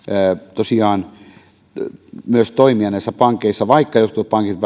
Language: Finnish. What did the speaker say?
tosiaan myös toimia näissä pankeissa vaikka jotkut pankit